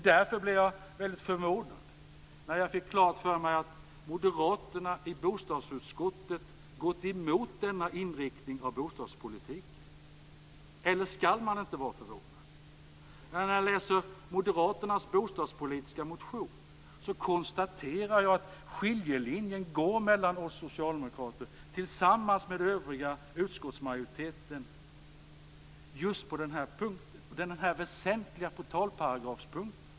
Därför blev jag väldigt förvånad när jag fick klart för mig att moderaterna i bostadsutskottet gått emot denna inriktning av bostadspolitiken. Eller skall man inte vara förvånad? När jag läser moderaternas bostadspolitiska motion konstaterar jag att skiljelinjen går mellan oss socialdemokrater tillsammans med övriga utskottsmajoriteten och moderaterna på just den här punkten om den väsentliga portalparagrafen.